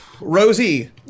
Rosie